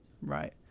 Right